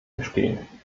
bestehen